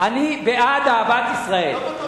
אני בעד אהבת ישראל.